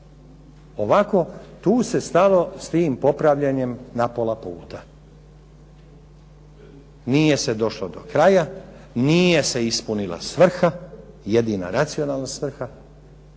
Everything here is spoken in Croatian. Ovako tu ste stalno s tim popravljanjem na pola puta. Nije se došlo do kraja, nije se ispunila svrha, jedina racionalna svrha